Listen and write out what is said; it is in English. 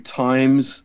times